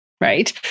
right